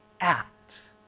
act